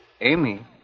Amy